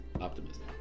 optimism